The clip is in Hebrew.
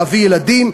להביא ילדים,